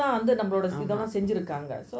ஆமா:ama